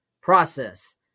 process